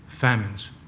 Famines